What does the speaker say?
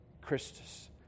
Christus